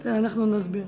אנחנו נסביר.